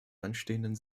anstehenden